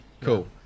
Cool